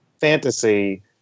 fantasy